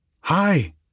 Hi